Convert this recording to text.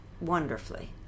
Wonderfully